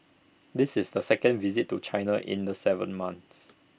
this is the second visit to China in the Seven months